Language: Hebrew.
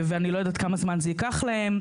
ואני לא ידוע כמה זמן זה ייקח להם,